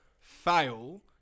fail